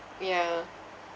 ya